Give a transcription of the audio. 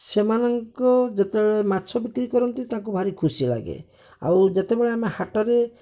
ସେମାନଙ୍କୁ ଯେତେବେଳେ ମାଛ ବିକ୍ରି କରନ୍ତି ତାଙ୍କୁ ଭାରି ଖୁସି ଲାଗେ ଆଉ ଯେତେବେଳେ ଆମେ ହାଟରେ